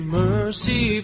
mercy